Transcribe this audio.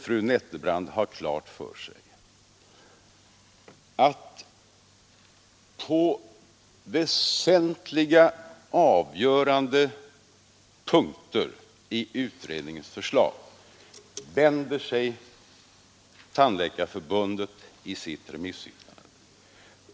Fru Nettelbrandt måste ha klart för sig att Tandläkarförbundet i sitt remissyttrande på väsentliga och avgörande punkter vänder sig mot utredningens förslag.